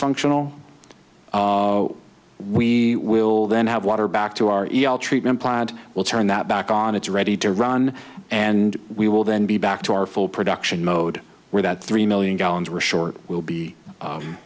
functional we will then have water back to our equal treatment plant will turn that back on it's ready to run and we will then be back to our full production mode where that three million gallons were short will be